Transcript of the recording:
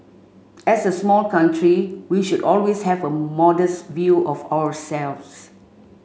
as a small country we should always have a modest view of ourselves